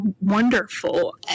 wonderful